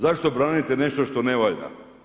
Zašto branite nešto što ne valja?